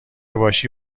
باشی